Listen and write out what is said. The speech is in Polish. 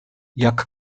jak